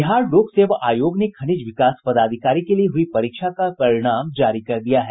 बिहार लोक सेवा आयोग ने खनिज विकास पदाधिकारी के लिए हुई परीक्षा का परिणाम जारी कर दिया है